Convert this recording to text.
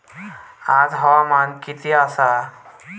आज हवामान किती आसा?